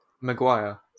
Maguire